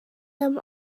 them